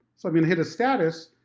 so i've been get a status,